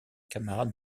camarades